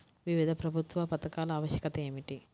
వివిధ ప్రభుత్వా పథకాల ఆవశ్యకత ఏమిటి?